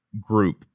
group